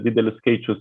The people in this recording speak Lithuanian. didelis skaičius